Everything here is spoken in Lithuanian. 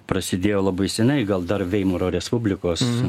prasidėjo labai seniai gal dar veimaro respublikos